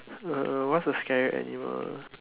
uh what is a scary animal